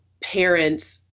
parents